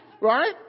right